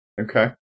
Okay